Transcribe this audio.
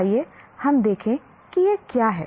आइए हम देखें कि क्या है